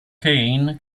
kane